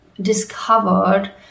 discovered